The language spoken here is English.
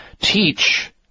teach